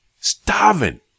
starving